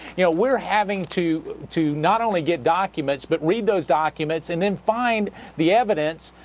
you know, we're having to to not only get documents but read those documents and then find the evidence,